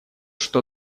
что